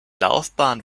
laufbahn